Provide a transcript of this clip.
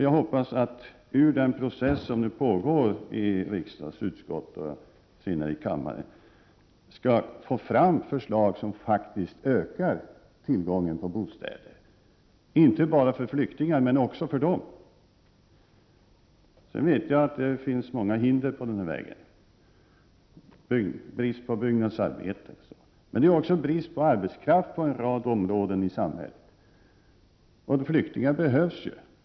Jag hoppas att det ur den process som pågår i riksdagens utskott, och i synnerhet i kammaren, skall komma fram förslag som faktiskt ökar tillgången på bostäder — inte bara för flyktingar, men även för dem och andra. Jag vet att det finns många hinder på denna väg, brist på byggnadsarbetare och över brist på annan arbetskraft på en rad områden i samhället. Flyktingar behövs!